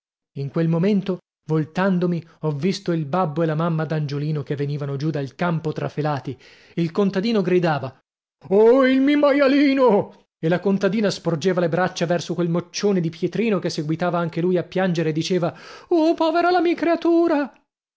in quel momento voltandomi ho visto il babbo e la mamma d'angiolino che venivano giù dal campo trafelati il contadino gridava oh il mi maialino e la contadina sporgeva le braccia verso quel moccione di pietrino che seguitava anche lui a piangere e diceva uh povera la mi creatura